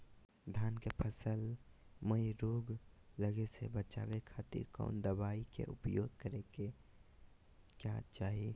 धान के फसल मैं रोग लगे से बचावे खातिर कौन दवाई के उपयोग करें क्या चाहि?